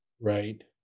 right